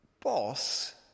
boss